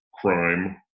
crime